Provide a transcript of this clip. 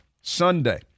Sunday